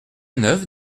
neuf